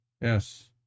Yes